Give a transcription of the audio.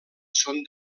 són